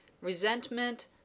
resentment